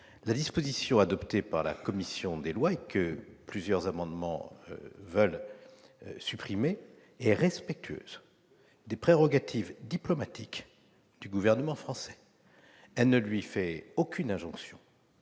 La disposition adoptée par la commission des lois et que plusieurs amendements tendent à supprimer est respectueuse des prérogatives diplomatiques du gouvernement français. Elle ne lui fait aucune injonction.